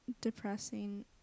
depressing